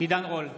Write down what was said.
עידן רול,